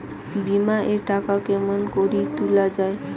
বিমা এর টাকা কেমন করি তুলা য়ায়?